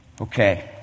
Okay